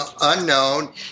unknown